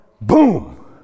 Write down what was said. Boom